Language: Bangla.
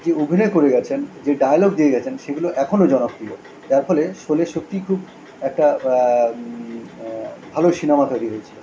যে অভিনয় করে গেছেন যে ডায়লগ দিয়ে গেছেন সেগুলো এখনোও জনপ্রিয় যার ফলে শোলে সত্যিই খুব একটা ভালো সিনেমা তৈরি হয়েছিলো